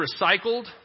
recycled